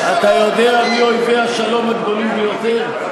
אתה יודע מי אויבי השלום הגדולים ביותר?